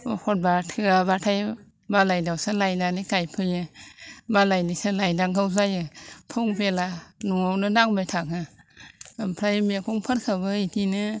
एखनबा थोआबाथाय मालायनावसो लायनानै गायफैयो मालायनावसो लायनांगौ जायो फुं बेला न'आवनो नांबाय थागौ ओमफ्राय मैगंफोरखौबो बिदिनो